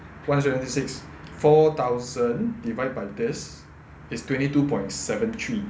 one seven six four thousand divided by this is twenty two point seven three